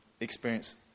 experience